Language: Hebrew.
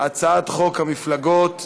הצעת חוק המפלגות (תיקון,